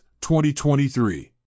2023